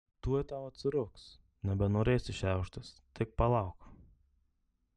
tuoj tau atsirūgs nebenorėsi šiauštis tik palauk